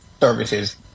services